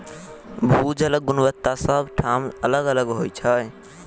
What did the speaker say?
भू जलक गुणवत्ता सभ ठाम अलग अलग होइत छै